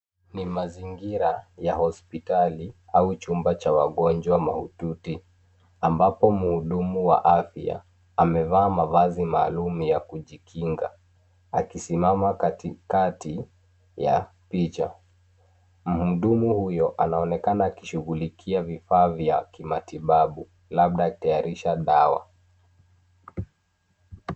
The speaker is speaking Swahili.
Ni mazingira ya hospitali au chumba cha wagonjwa mahututi ambapo mhudumu wa afya amevaa mavazi maalum ya kujikinga akisimama katikati ya picha. Mhudumu huyo anaonekana akishughulikia vifaa vya kimatibabu labda akitayarisha dawa.